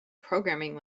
programming